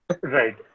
Right